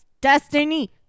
Destiny